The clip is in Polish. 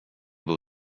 był